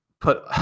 put